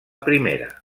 primera